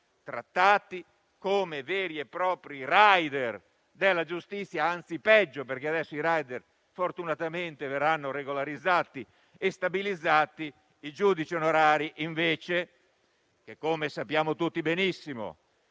trattati come veri e propri *rider* della giustizia, anzi peggio, perché adesso i *rider* fortunatamente verranno regolarizzati e stabilizzati. I giudici onorari - come sappiamo tutti benissimo